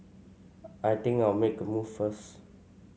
I think I'll make a move first